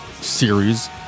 series